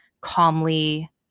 calmly